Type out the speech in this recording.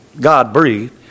God-breathed